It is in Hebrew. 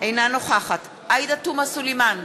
אינה נוכחת עאידה תומא סלימאן,